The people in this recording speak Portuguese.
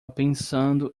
pensando